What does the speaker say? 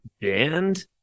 band